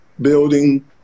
building